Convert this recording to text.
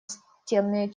стенные